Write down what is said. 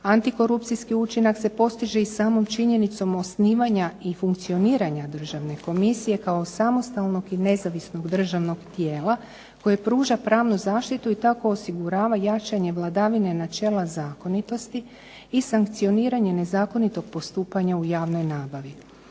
Antikorupcijski učinak se postiže i samom činjenicom osnivanja i funkcioniranja državne komisije, kao samostalnog i nezavisnog državnog tijela, koje pruža pravnu zaštitu i tako osigurava jačanje vladavine načela zakonitosti i sankcioniranje nezakonitog postupanja u javnoj nabavi.